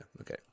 okay